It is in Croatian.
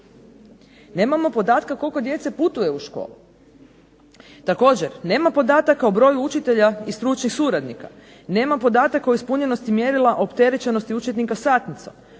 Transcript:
Nemamo podatka koliko djece putuje u školu. Također, nema podataka o broju učitelja i stručnih suradnika. Nema podataka o ispunjenosti mjerila opterećenosti učenika